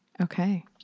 Okay